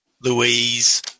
Louise